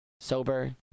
sober